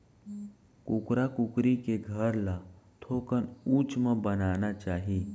कुकरा कुकरी के घर ल थोकन उच्च म बनाना चाही